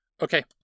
Okay